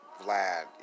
Vlad